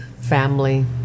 family